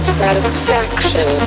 satisfaction